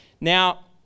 Now